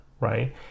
right